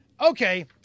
Okay